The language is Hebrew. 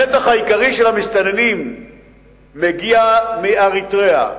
הנתח העיקרי של המסתננים מגיע מאריתריאה,